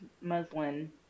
muslin